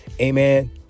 amen